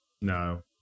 No